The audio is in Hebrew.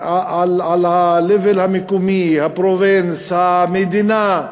ה-level המקומי, ה-province, המדינה,